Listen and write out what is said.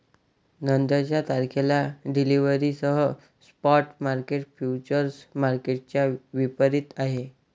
नंतरच्या तारखेला डिलिव्हरीसह स्पॉट मार्केट फ्युचर्स मार्केटच्या विपरीत आहे